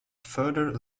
further